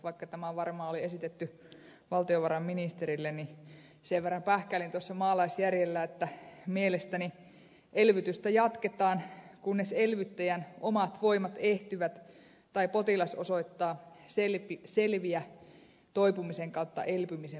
vaikka tämä varmaan oli esitetty valtiovarainministerille mutta sen verran pähkäilin tuossa maalaisjärjellä että mielestäni elvytystä jatketaan kunnes elvyttäjän omat voimat ehtyvät tai potilas osoittaa toipumisen kautta selviä elpymisen merkkejä